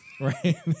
Right